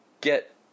get